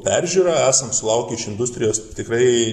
peržiūrą esam sulaukę iš industrijos tikrai